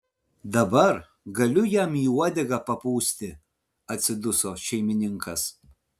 dabar galiu jam į uodegą papūsti atsiduso šeimininkas